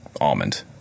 almond